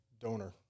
donor